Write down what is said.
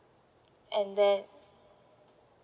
and then